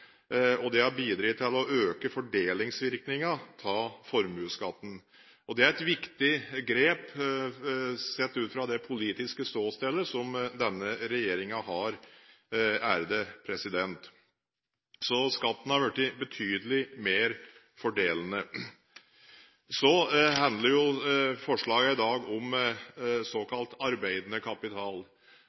og det har bidratt til å øke fordelingsvirkningen av formuesskatten. Det er et viktig grep sett fra det politiske ståstedet som denne regjeringen har. Så skatten er blitt betydelig mer fordelende. Forslaget i dag handler jo om såkalt arbeidende kapital.